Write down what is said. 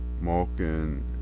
Malkin